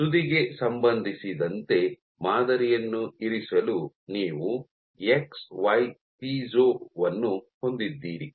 ತುದಿಗೆ ಸಂಬಂಧಿಸಿದಂತೆ ಮಾದರಿಯನ್ನು ಇರಿಸಲು ನೀವು ಎಕ್ಸ್ ವೈ ಪೈಜೊ ವನ್ನು ಹೊಂದಿದ್ದೀರಿ